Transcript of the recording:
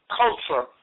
culture